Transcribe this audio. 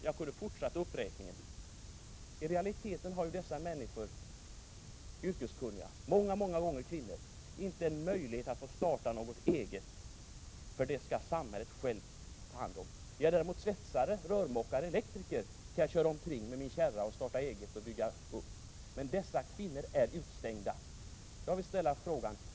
Jag kunde fortsätta uppräkningen. I realiteten har dessa yrkeskunniga människor — många gånger är det kvinnor — inte någon möjlighet att starta något eget, för det skall samhället självt ta hand om. Är jag svetsare, rörmokare eller elektriker kan jag däremot starta eget och köra omkring med min kärra. Men dessa kvinnor är utestängda.